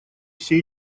все